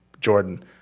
Jordan